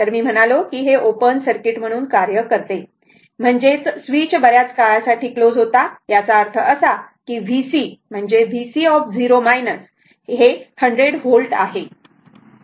तर मी म्हणालो की हे ओपन सर्किट म्हणून कार्य करते म्हणजे स्विच बर्याच काळासाठी क्लोज होता याचा अर्थ असा की vc म्हणजे v Vc 100 व्होल्ट आहे